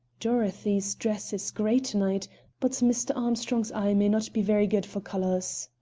dorothy's dress is gray to-night but mr. armstrong's eye may not be very good for colors.